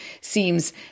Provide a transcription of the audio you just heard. seems